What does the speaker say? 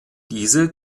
diese